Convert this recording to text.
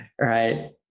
right